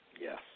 Yes